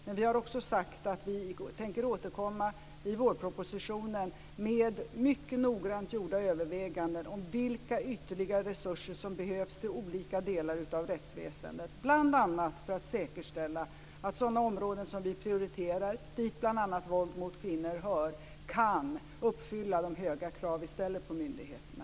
Men vi har också sagt att vi tänker återkomma i vårpropositionen med mycket noggrant gjorda överväganden om vilka ytterligare resurser som behövs till olika delar av rättsväsendet, bl.a. för att säkerställa att sådana områden som vi prioriterar, dit bl.a. våld mot kvinnor hör, kan uppfylla de höga krav vi ställer på myndigheterna.